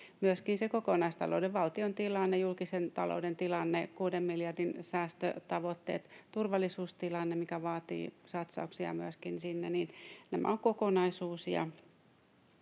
myöskin se kokonaista-louden tilanne — valtion tilanne, julkisen talouden tilanne — kuuden miljardin säästötavoitteet ja turvallisuustilanne, mikä vaatii satsauksia myöskin sinne. Eli tämä on kokonaisuus,